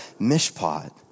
Mishpat